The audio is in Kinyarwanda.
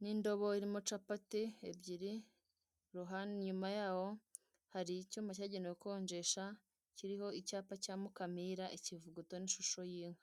n'indobo irimo capati ebyiri inyuma yaho hari icyuma gikonjesha kiriho icyapa cya Mukamira, ikivuguto n'inshyushyu y'inka.